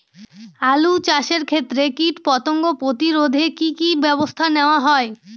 আলু চাষের ক্ষত্রে কীটপতঙ্গ প্রতিরোধে কি কী ব্যবস্থা নেওয়া হয়?